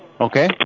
Okay